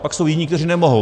Pak jsou jiní, kteří nemohou.